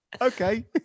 Okay